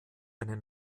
eine